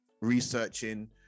researching